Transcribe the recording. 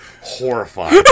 horrified